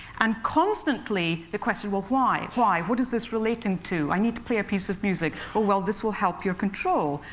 and constantly, the question, well, why? why? what is this relating to? i need to play a piece of music. well, this will help your control.